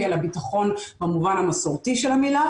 אלא ביטחון במובן המסורתי של המילה,